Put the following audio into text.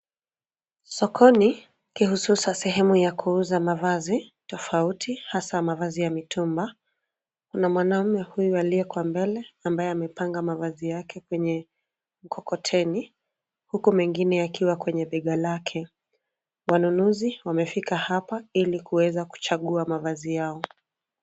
Sokoni, kihususa sehemu ya kuuza mavazi, tofauti hasaa mavazi ya mitumba, kuna mwanamume huyu aliye kwa mbele, ambaye amepanga mavazi yake kwenye, mkokoteni, huku mengine yakiwa kwenye bega lake, wanunuzi wamefika hapa ilikuweza kuchagua mavazi yao.